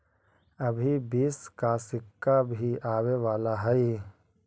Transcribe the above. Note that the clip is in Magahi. अभी बीस का सिक्का भी आवे वाला हई